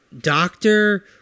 doctor